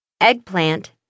eggplant